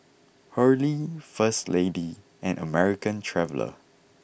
Hurley First Lady and American Traveller